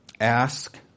Ask